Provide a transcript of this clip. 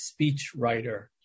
speechwriter